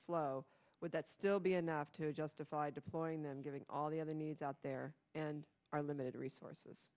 flow would that still be enough to justify deploying them getting all the other needs out there and our limited resources